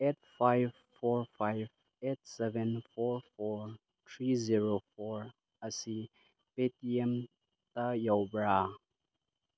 eight five four five eight seven four four three zero four ꯑꯁꯤ P T ꯑꯦꯝꯗ ꯌꯥꯎꯕ꯭ꯔꯥ